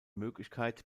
möglichkeit